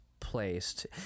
Placed